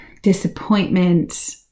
disappointment